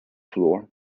floor